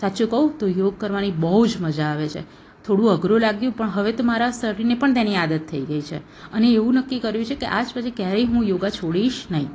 સાચું કઉ તો યોગ કરવાની બહુ જ મજા આવે છે થોડું અઘરું લાગ્યું પણ હવે તો મારા શરીરને પણ તેની આદત થઈ ગઈ છે અને એવું નક્કી કર્યું છે કે આજ પછી ક્યારેય હું યોગા છોડીશ નહીં